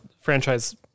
franchise